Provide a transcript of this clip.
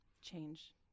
change